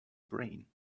brain